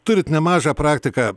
turit nemažą praktiką